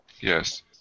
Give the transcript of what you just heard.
Yes